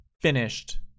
finished